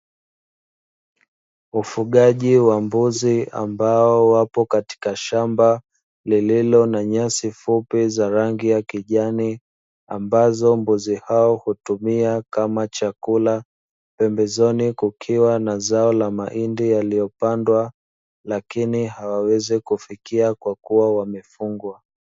Ufugaji wa mbozi ambao wapo katika shamba lililo na nyasi fupi za rangi ya kijani ambazo mbuzi hao hutumia kama chakula, pembezoni kukiwa na zao la mahindi yaliyopandwa, lakini hawawezi kufikia kwa kuwa wamefungwa.